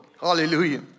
hallelujah